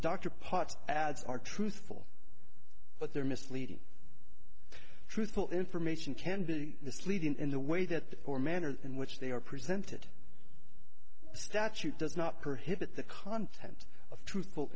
dr potts ads are truthful but they're misleading truthful information can be misleading in the way that or manner in which they are presented statute does not prohibit the content of truthful